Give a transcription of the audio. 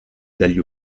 dagli